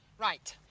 right.